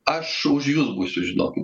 aš už jus būsiu žinokit